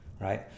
right